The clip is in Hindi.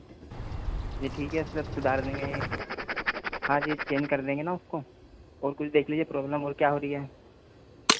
जी ठीक है सब सुधार लेंगे हाँ जी चेंज कर देंगे ना उसको और कुछ देख लीजिए प्रॉब्लम और क्या हो रही है